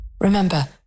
Remember